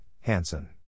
Hansen